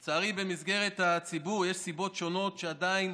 לצערי, במסגרת הציבור יש סיבות שונות שעדיין